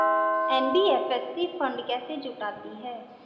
NBFC fund कैसे जुटाती है?